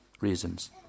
reasons